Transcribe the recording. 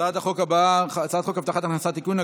הפרשנות (תיקון,